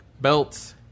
belts